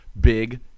big